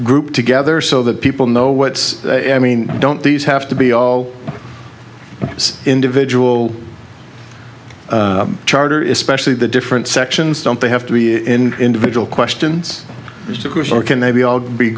grouped together so that people know what i mean don't these have to be all individual charter is specially the different sections don't they have to be in individual questions as to who is or can they be all be